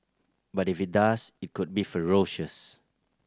but if it does it could be ferocious